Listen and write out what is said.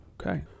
Okay